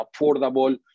affordable